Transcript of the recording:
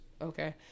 Okay